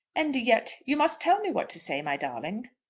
and yet you must tell me what to say, my darling.